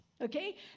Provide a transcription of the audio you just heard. okay